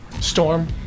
storm